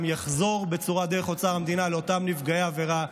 יחזור דרך אוצר המדינה לאותם נפגעי עבירה,